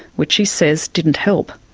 which she says didn't help.